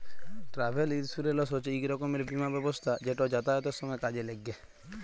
travel insurance হছে ইক রকমের বীমা ব্যবস্থা যেট যাতায়াতের সময় কাজে ল্যাগে